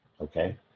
Okay